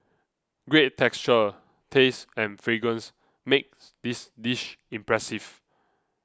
great texture taste and fragrance make this dish impressive